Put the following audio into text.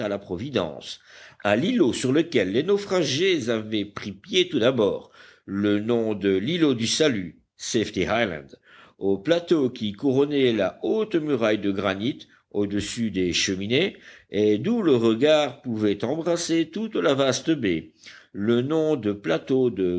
la providence à l'îlot sur lequel les naufragés avaient pris pied tout d'abord le nom de l'îlot du salut safety island au plateau qui couronnait la haute muraille de granit au-dessus des cheminées et d'où le regard pouvait embrasser toute la vaste baie le nom de plateau de